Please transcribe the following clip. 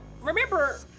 remember